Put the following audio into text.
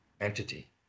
entity